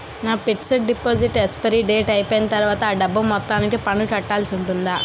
నా fixed deposit expiry date అయిపోయిన తర్వాత అ డబ్బు మొత్తానికి పన్ను కట్టాల్సి ఉంటుందా?